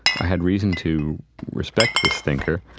i had reason to respect this thinker.